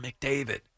McDavid